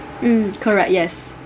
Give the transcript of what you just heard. mm correct yes